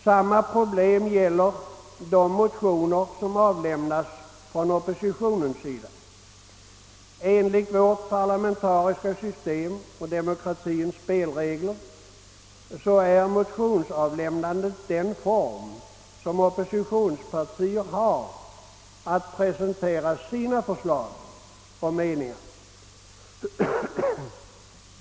Samma problem gäller de motioner som avlämnas från oppositionens sida. Enligt vårt parlamentariska system för demokratins spelregler är motionsavlämnandet den form, som oppositionspartier har för att presentera sina förslag och meningar.